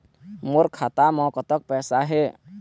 मोर खाता म कतक पैसा हे?